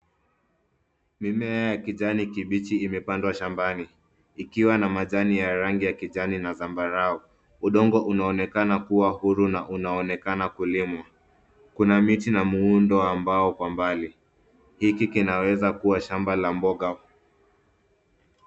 Mimea ya kijani kibichi imepandwa shambani, ikiwa na majani ya rangi ya kijani na zambarau. Udongo unaonekana kuwa huru na unaonekana kulimwa. Kuna miti na muundo wa mbao kwa mbali. Hiki kinaweza kuwa shamba la mboga.